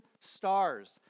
stars